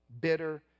bitter